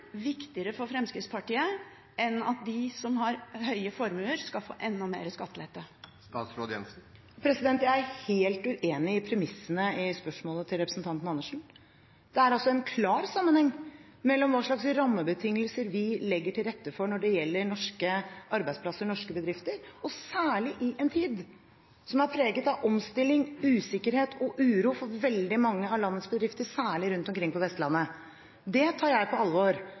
viktigere for Fremskrittspartiet enn at de som har høye formuer, skal få enda mer i skattelette? Jeg er helt uenig i premissene i spørsmålet til representanten Andersen. Det er en klar sammenheng mellom hva slags rammebetingelser vi legger til rette for når det gjelder norske arbeidsplasser og norske bedrifter, og særlig i en tid som er preget av omstilling, usikkerhet og uro for veldig mange av landets bedrifter, særlig rundt omkring på Vestlandet. Det tar jeg på alvor.